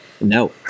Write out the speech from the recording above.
No